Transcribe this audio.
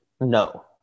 no